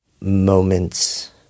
moments